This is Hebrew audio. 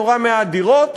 יש נורא מעט דירות,